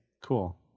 cool